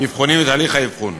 אבחונים ותהליך האבחון.